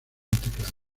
teclado